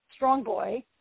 Strongboy